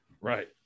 Right